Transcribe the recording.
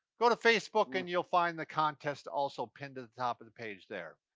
go to facebook and you'll find the contest also pinned to the top of the page there.